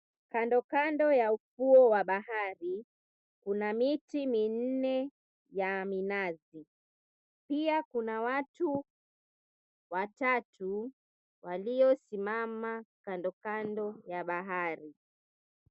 Kando kando ya ufuo wa bahari, kuna miti minne ya minazi. Pia kuna watu watatu waliosimama kandokando ya bahari.